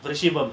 ரிஷபம்:risabam